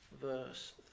Verse